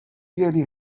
really